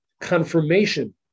confirmation